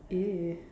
!ee!